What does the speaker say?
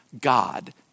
God